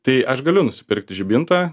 tai aš galiu nusipirkti žibintą